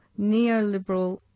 neoliberal